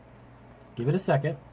give it a second.